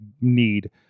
need